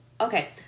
Okay